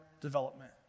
development